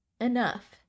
enough